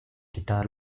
guitar